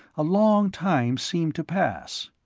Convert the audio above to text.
a long time seemed to pass.